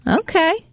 okay